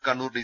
Kannur D